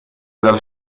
dal